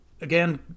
again